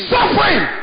Suffering